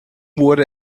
wurde